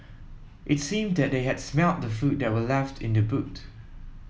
it seemed that they had smelt the food that were left in the boot